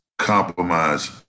compromise